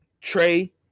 Trey